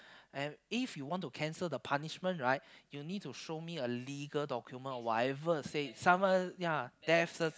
and if you want to cancel the punishment right you need to show me a legal document or whatever say some other ya death cert